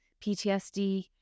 PTSD